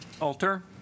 Alter